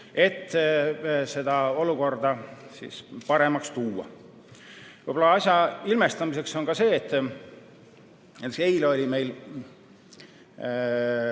et seda olukorda paremaks luua. Võib-olla asja ilmestamiseks ka see, et näiteks eile